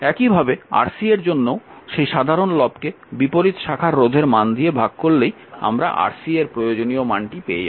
একইভাবে Rc এর জন্যও সেই সাধারণ লবকে বিপরীত শাখার রোধের মান দিয়ে ভাগ করলেই আমরা Rc এর প্রয়োজনীয় মানটি পেয়ে যাব